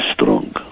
strong